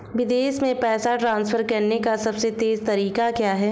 विदेश में पैसा ट्रांसफर करने का सबसे तेज़ तरीका क्या है?